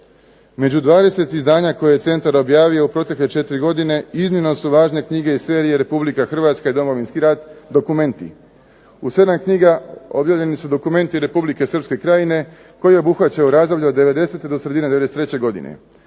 Među 20 izdanja koja je Centar objavio u protekle 4 godine iznimno su važne knjige iz serije „Republika Hrvatska i Domovinski rat – dokumenti“. U 7 knjiga objavljeni su dokumenti Republike Srpske krajine koji obuhvaćaju razdoblje od 90. do sredine 93. godine.